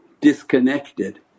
disconnected